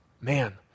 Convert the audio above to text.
Man